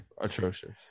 atrocious